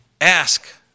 Ask